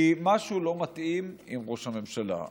כי משהו לא מתאים לראש הממשלה.